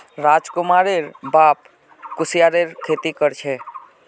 राजकुमारेर बाप कुस्यारेर खेती कर छे